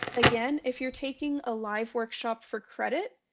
again if you're taking a live workshop for credit,